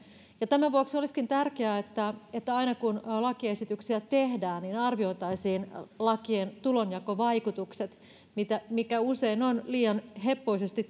tämän vuoksi olisikin tärkeää että että aina kun lakiesityksiä tehdään arvioitaisiin lakien tulonjakovaikutukset mikä usein on liian heppoisesti